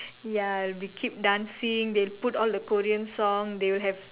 ya we keep dancing they'll put all the Korean songs they will have